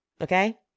Okay